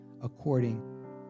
according